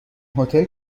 هتل